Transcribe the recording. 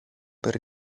per